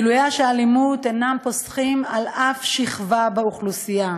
גילוייה של האלימות אינם פוסחים על שום שכבה באוכלוסייה.